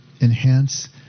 enhance